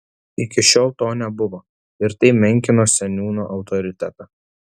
iki šiol to nebuvo ir tai menkino seniūno autoritetą